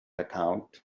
account